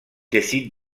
décide